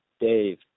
Dave